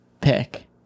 pick